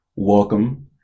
Welcome